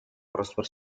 prosper